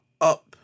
up